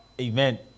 Amen